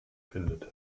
findet